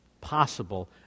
possible